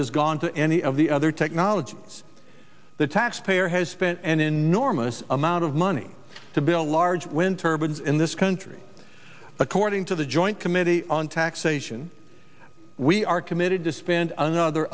has gone to any of the other technologies the taxpayer has spent an enormous amount of money to build large wind turbines in this country according to the joint committee on taxation we are committed to spend another